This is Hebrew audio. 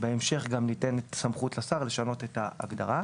ובהמשך גם ניתנת סמכות לשר לשנות את ההגדרה.